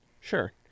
Sure